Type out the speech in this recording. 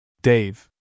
Dave